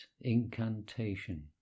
incantation